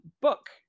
book